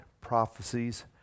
prophecies